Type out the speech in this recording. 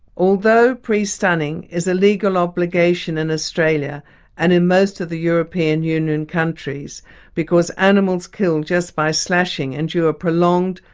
although pre-stunning is a legal obligation in australia and in most of the european union countries because animals killed just by slashing endure prolonged,